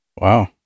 Wow